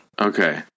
Okay